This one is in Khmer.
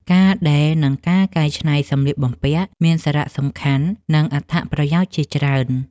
ការដេរ និងការកែច្នៃសម្លៀកបំពាក់ មានសារៈសំខាន់ និងអត្ថប្រយោជន៍ជាច្រើន។